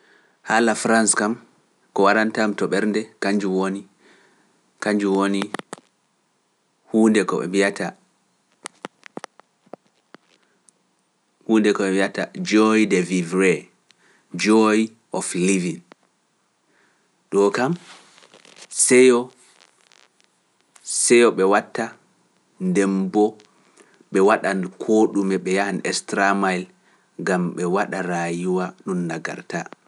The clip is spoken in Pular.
Haala Farance kam, ko waɗantam to ɓernde, kanjum woni huunde ko ɓe mbiyata joy de vivre, joy of living. Ɗoo kam, seyo ɓe watta, nden mboo, ɓe waɗan koo ɗume ɓe yahan estramayel, gam ɓe waɗa raayuwa ɗum na garta.